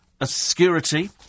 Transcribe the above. obscurity